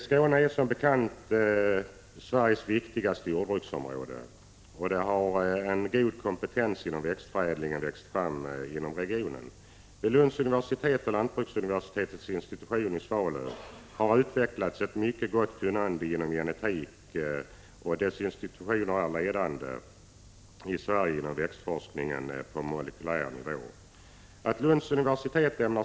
Skåne är som bekant Sveriges viktigaste jordbruksområde, och en god kompetens inom växtförädlingen har växt fram inom regionen. Vid Lunds universitet och lantbruksuniversitetets institution i Svalöv har utvecklats ett mycket gott kunnande inom genetik, och dessa institutioner är ledande i Sverige inom växtforskningen på molekylär nivå. Att Lunds universitet Prot.